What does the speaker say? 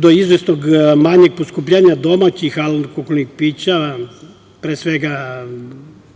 do izvesnog manjeg poskupljenja domaćih alkoholnih pića, pre svega